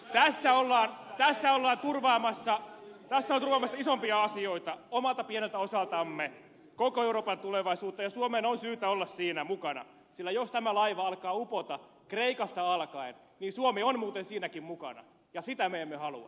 tässä ollaan turvaamassa isompia asioita omalta pieneltä osaltamme koko euroopan tulevaisuutta ja suomen on syytä olla siinä mukana sillä jos tämä laiva alkaa upota kreikasta alkaen niin suomi on muuten siinäkin mukana ja sitä me emme halua